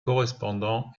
correspondant